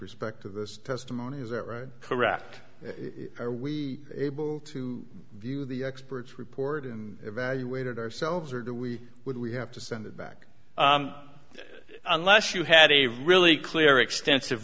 respect to this testimony is that right correct are we able to view the expert's report and evaluate it ourselves or do we would we have to send it back unless you had a really clear extensive